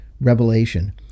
revelation